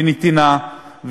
בנתינה,